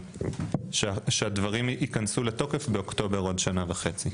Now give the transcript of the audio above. הדברים יכנסו לתוקף עוד שנה וחצי.